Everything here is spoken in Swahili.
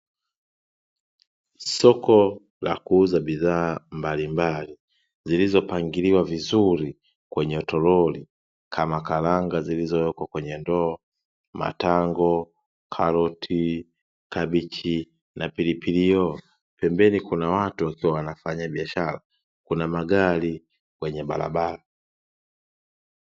Soko la kuuza bidhaa mbalimbali zilizopangiliwa vizuri kwenye toroli, kama: karanga zilizoko kwenye ndoo, matango, karoti, kabichi na pilipili hoho. Pembeni kuna watu wakiwa wanafanya biashara. Kuna magari kwenye barabara.